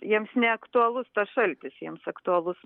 jiems neaktualus tas šaltis jiems aktualus